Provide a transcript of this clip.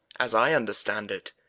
as i understand it,